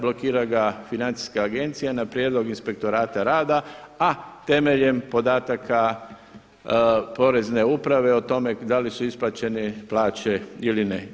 Blokira ga Financijska agencija na prijedlog Inspektorata rada, a temeljem podataka Porezne uprave o tome da li su isplaćene plaće ili ne.